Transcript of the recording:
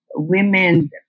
Women